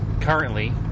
currently